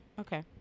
Okay